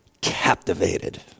captivated